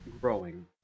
growing